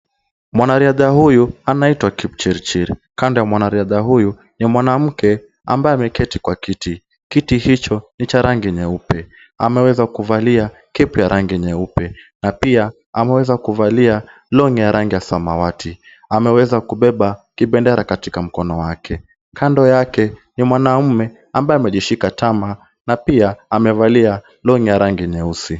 Mwanariadha huyu anaitwa Kipchirchir. Kando ya mwanariadha huyu ni mwanamke ambaye ameketi kwa kiti. Kiti hicho ni cha rangi nyeupe. Ameweza kuvalia cap ya rangi nyeupe na pia ameweza kuvalia long'i ya rangi ya samawati. Ameweza kubeba kibendera katika mkono wake. Kando yake ni mwanaume ambaye amejishika tama na pia amevalia long'i ya rangi nyeusi.